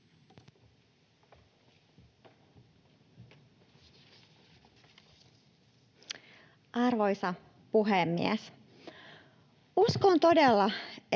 Arvoisa puhemies! Uskon todella,